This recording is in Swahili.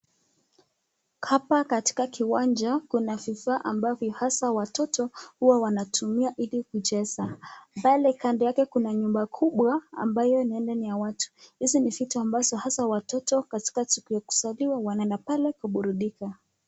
Hapa katika kiwanja, kuna vifaa ambavyo hasaa watoto huwa wanatumia ili kucheza, pale kando yake kuna nyumba kubwa ambayo huenda ni ya watu. Hizi ni vitu ambazo hasa watoto katika siku ya kuzaliwa wanaenda pale kuburudika.